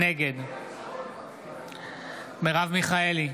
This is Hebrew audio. נגד מרב מיכאלי,